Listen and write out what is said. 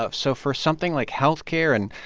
ah so for something like health care and,